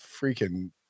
freaking